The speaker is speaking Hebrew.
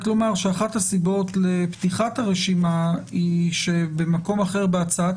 שאחת הסיבות לפתיחת הרשימה היא שבמקום אחר בהצעת